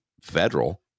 federal